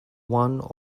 one